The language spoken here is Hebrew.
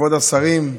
כבוד השרים,